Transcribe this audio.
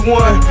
one